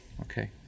okay